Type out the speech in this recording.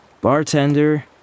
Bartender